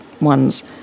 ones